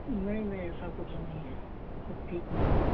नहीं नहीं ऐसा कुछ नहीं है सब ठीक मिलेगा